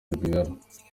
rwigara